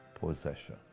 possession